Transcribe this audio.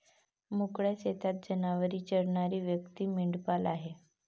मोकळ्या शेतात जनावरे चरणारी व्यक्ती मेंढपाळ आहे